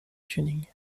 tuning